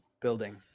building